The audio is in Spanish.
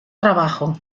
trabajo